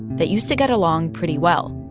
that used to get along pretty well.